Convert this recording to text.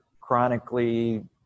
chronically